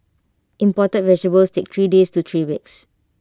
imported vegetables take three days to three weeks